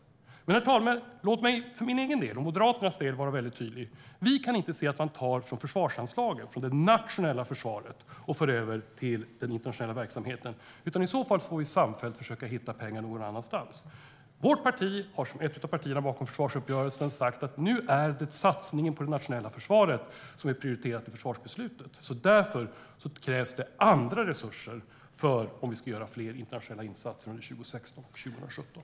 Herr talman! Låt mig för min och Moderaternas del vara tydlig. Vi kan inte se att medel tas från försvarsanslaget, från det nationella försvaret, och förs över till den internationella verksamheten. I så fall får vi samfällt försöka hitta pengar någon annanstans. Vårt parti har som ett av partierna bakom försvarsuppgörelsen sagt att nu är satsningen på det nationella försvaret prioriterad i försvarsbeslutet. Därför krävs andra resurser för fler internationella insatser under 2016 och 2017.